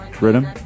Rhythm